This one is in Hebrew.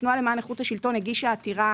התנועה למען איכות השלטון הגישה עתירה